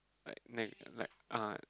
like like like uh